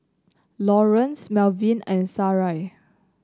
Lawrence Melvin and Sarai